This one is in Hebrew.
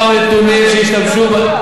תסתכל על הנתונים של הלשכה המרכזית לסטטיסטיקה.